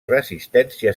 resistència